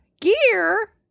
Gear